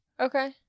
Okay